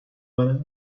منه